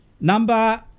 Number